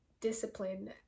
discipline